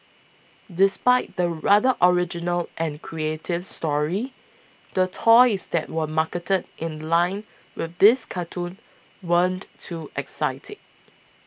despite the rather original and creative story the toys that were marketed in line with this cartoon weren't too exciting